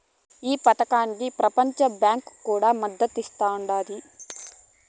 ఈ పదకానికి పెపంచ బాంకీ కూడా మద్దతిస్తాండాది